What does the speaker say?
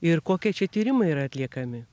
ir kokie čia tyrimai yra atliekami